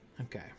okay